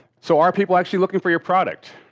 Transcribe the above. so, are people actually looking for your product,